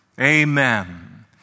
Amen